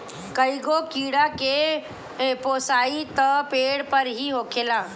कईगो कीड़ा के पोसाई त पेड़ पे ही होखेला